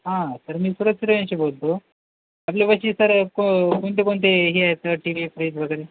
हा सर मी सुरज सूर्यवंशी बोलतो आपल्यापाशी सर को कोणते कोणते हे आहेत स टी वी फ्रीज वगैरे